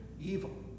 evil